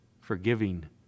forgiving